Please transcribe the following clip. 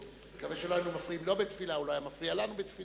אני מקווה שלא היינו מפריעים לו בתפילה והוא לא היה מפריע לנו בתפילה,